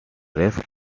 rest